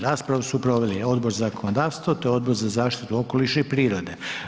Raspravu su proveli Odbor za zakonodavstvo te Odbor za zaštitu okoliša i prirode.